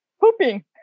pooping